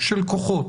של כוחות.